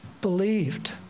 believed